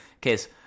Case